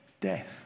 death